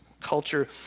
culture